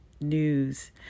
News